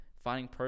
finding